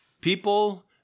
People